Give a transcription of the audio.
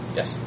Yes